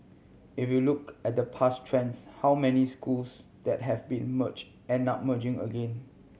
if you look at the past trends how many schools that have been merge end up merging again